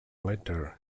letter